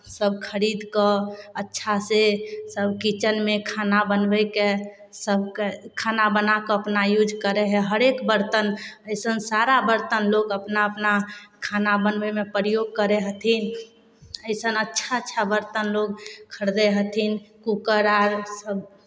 सभ खरीद कऽ अच्छासँ सभ किचनमे खाना बनबयके सभके खाना बना कऽ अपना यूज करै हइ हरेक बरतन अइसन सारा बरतन लोक अपना अपना खाना बनबैमे प्रयोग करै हथिन अइसन अच्छा अच्छा बरतन लोक खरीदै हथिन कूकर आर सभ